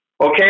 Okay